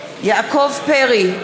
בעד יעקב פרי,